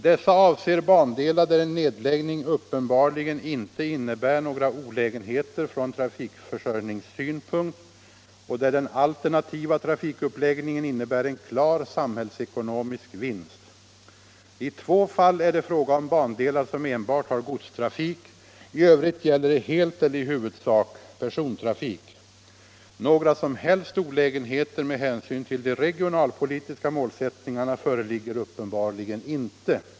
Det gäller bandelar där en nedläggning uppenbarligen inte innebär några olägenheter från trafikförsörjningssynpunkt och där den alternativa trafikuppläggningen innebär en klar samhällsekonomisk vinst. I två fall är det filåga om bandelar som enbart har godstrafik. I övrigt gäller det helt eller i huvudsak persontrafik. Några som helst olägenheter med hänsyn till de regionalpolitiska målsättningarna föreligger uppenbarligen inte.